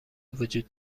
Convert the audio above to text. وجود